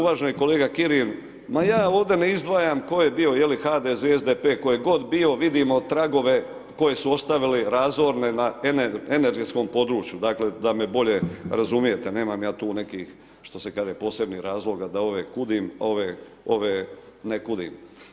Uvaženi kolega Kirin, ma ja ovdje ne izdvajam tko je bio je li HDZ, SDP, tko je god bio, vidimo tragove koje su ostavili razorne na energetskom području, dakle da me bolje razumijete, nemam ja tu nekih, što se kaže, posebnih razloga da ove kudim, a ove ne kudim.